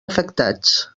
afectats